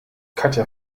katja